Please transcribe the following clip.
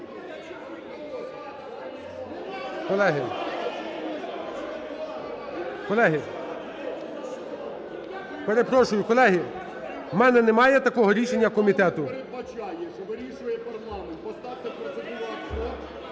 Колеги, колеги, перепрошую, колеги, в мене немає такого рішення комітету.